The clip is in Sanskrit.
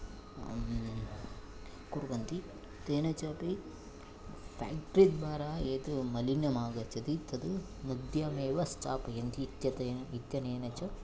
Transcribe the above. कुर्वन्ति तेन च अपि फ़ेक्ट्रि द्वारा यद् मलिनम् आगच्छति तद् नद्यामेव स्थापयन्ति इत्यनेन इत्यनेन च